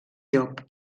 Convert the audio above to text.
llop